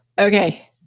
Okay